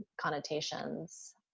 connotations